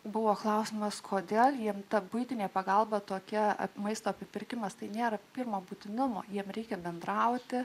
buvo klausimas kodėl jiems ta buitinė pagalba tokie maisto pirkimas tai nėra pirmo būtinumo jiems reikia bendrauti